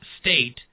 state